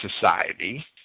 society